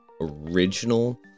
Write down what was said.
original